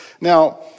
Now